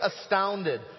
astounded